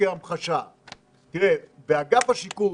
באגף השיקום